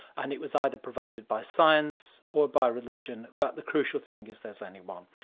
and it was either provided by science or by religion, but the crucial thing is there's only one.